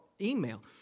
email